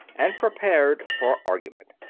and prepared for argument.